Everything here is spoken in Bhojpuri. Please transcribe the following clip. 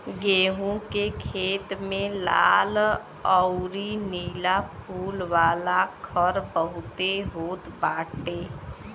गेंहू के खेत में लाल अउरी नीला फूल वाला खर बहुते होत बाटे